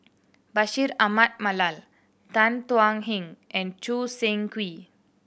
Bashir Ahmad Mallal Tan Thuan Heng and Choo Seng Quee